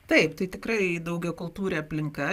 taip tai tikrai daugiakultūrė aplinka